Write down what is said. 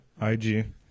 IG